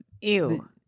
ew